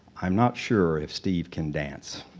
i'm not sure if steve can dance.